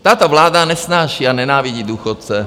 Tato vláda nesnáší a nenávidí důchodce.